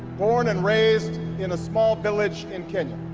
born and raised in a small village in kenya.